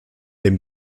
den